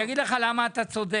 אומר לך למה אתה צודק.